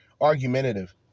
argumentative